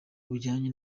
bujyanye